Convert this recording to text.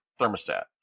thermostat